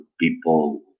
people